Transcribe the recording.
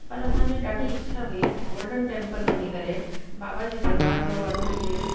पर असांजी ॾाढी इछा हुई गोल्डन टैंपल वञी करे बाबा जो दरबार जो असांखे